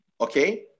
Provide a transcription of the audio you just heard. Okay